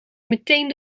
meteen